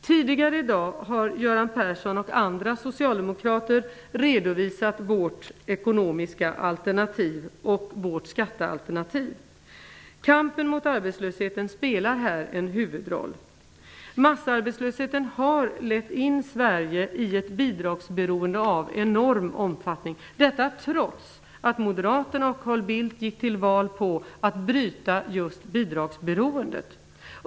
Tidigare i dag har Göran Persson och andra socialdemokrater redovisat vårt ekonomiska alternativ och vårt skattealternativ. Kampen mot arbetslösheten spelar här en huvudroll. Massarbetslösheten har lett in Sverige i ett bidragsberoende av enorm omfattning, detta trots att moderaterna och Carl Bildt gick till val på att bryta bidragsberoendet.